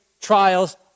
trials